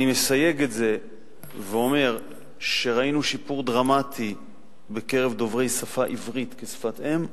אני מסייג את זה ואומר שראינו שיפור דרמטי בקרב דוברי עברית כשפת-אם,